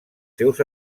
seus